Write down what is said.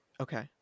Okay